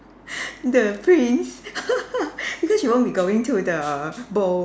the prince because she won't be going to the ball